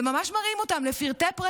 וממש מראים אותם לפרטי-פרטים,